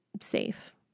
safe